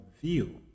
view